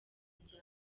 ibya